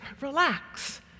relax